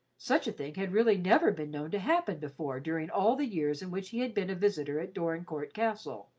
such a thing had really never been known to happen before during all the years in which he had been a visitor at dorincourt castle.